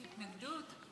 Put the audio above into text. יש התנגדות?